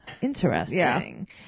Interesting